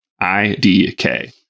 I-D-K